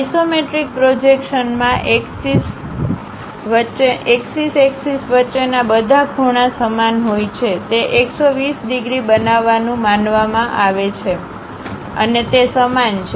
isometric પ્રોજેક્શનમાં axis axis વચ્ચેના બધા ખૂણા સમાન હોય છે તે 120 ડિગ્રી બનાવવાનું માનવામાં આવે છે અને તે સમાન છે